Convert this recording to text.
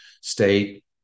State